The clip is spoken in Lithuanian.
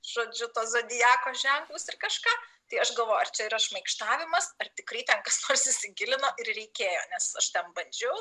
žodžiu to zodiako ženklus ir kažką tai aš galvoju ar čia yra šmaikštavimas ar tikrai ten kas nors įsigilino ir reikėjo nes aš ten bandžiau